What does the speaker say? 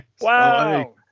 Wow